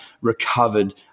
recovered